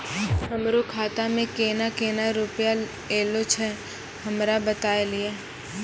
हमरो खाता मे केना केना रुपैया ऐलो छै? हमरा बताय लियै?